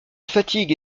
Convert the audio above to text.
fatigue